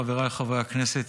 חבריי חברי הכנסת,